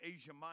Asia